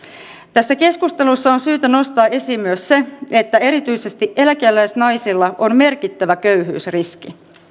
tässä keskustelussa on syytä nostaa esiin myös se että erityisesti eläkeläisnaisilla on merkittävä köyhyysriski